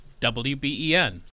WBEN